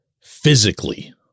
physically